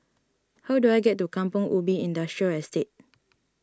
how do I get to Kampong Ubi Industrial Estate